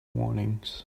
warnings